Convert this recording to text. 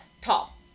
tall